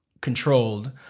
controlled